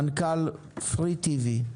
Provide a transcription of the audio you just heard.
מנכ"ל פרי טיוי,